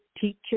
teacher